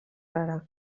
rara